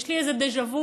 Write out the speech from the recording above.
יש לי איזה דז'ה-וו.